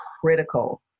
critical